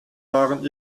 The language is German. waren